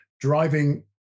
driving